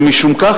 ומשום כך,